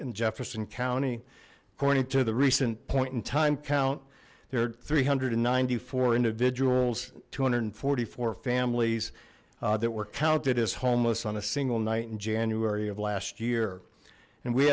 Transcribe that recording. in jefferson county according to the recent point in time count there are three hundred and ninety four individuals two hundred and forty four families that were counted as homeless on a single night in january of last year and we